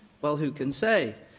well, who can say?